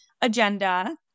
agenda